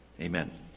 Amen